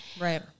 Right